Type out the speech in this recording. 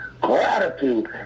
gratitude